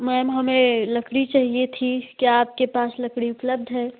ma'am हमें लकड़ी चाहिए थी क्या आपके पास लकड़ी उपलब्ध है